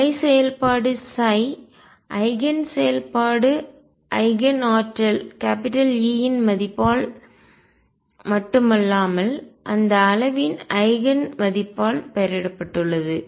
அலை செயல்பாடு ஐகன் செயல்பாடு ஐகன் ஆற்றல் E இன் மதிப்பால் மட்டுமல்லாமல் அந்த அளவின் ஐகன் மதிப்பால் பெயரிடப்பட்டுள்ளது